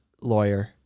lawyer